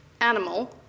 animal